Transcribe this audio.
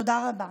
תודה רבה.